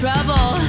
Trouble